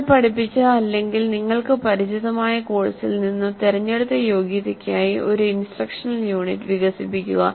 നിങ്ങൾ പഠിപ്പിച്ച അല്ലെങ്കിൽ നിങ്ങൾക്ക് പരിചിതമായ കോഴ്സിൽ നിന്ന് തിരഞ്ഞെടുത്ത യോഗ്യതയ്ക്കായി ഒരു ഇൻസ്ട്രക്ഷണൽ യൂണിറ്റ് വികസിപ്പിക്കുക